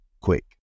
quick